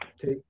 take